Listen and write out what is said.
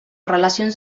relacions